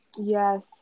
Yes